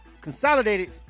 consolidated